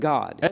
God